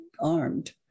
armed